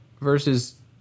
versus